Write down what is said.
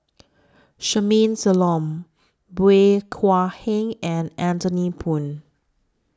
Charmaine Solomon Bey Hua Heng and Anthony Poon